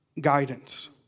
guidance